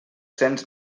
cents